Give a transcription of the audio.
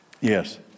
Yes